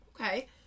Okay